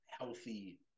healthy